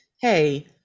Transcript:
hey